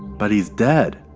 but he's dead.